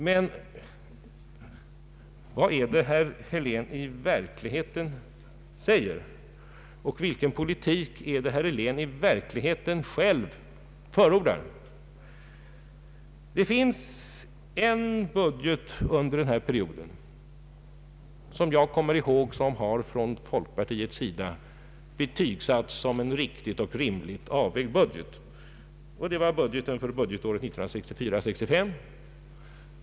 Men vad är det som herr Helén i verkligheten säger och vilken politik är det som han i verkligheten själv förordar? Jag kommer ihåg en enda budget från denna period, som från folkpartiets sida har betygsatts som en riktig och rimligt avvägd budget, nämligen den för budgetåret 1964/65.